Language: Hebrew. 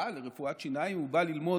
לרפואת שיניים הוא בא ללמוד,